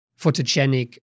photogenic